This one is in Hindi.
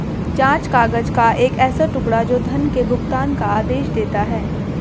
जाँच काग़ज़ का एक ऐसा टुकड़ा, जो धन के भुगतान का आदेश देता है